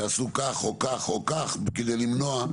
תעשו כך או כך או כך כדי למנוע?